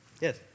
Yes